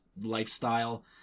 lifestyle